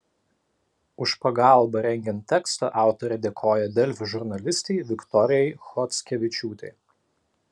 už pagalbą rengiant tekstą autorė dėkoja delfi žurnalistei viktorijai chockevičiūtei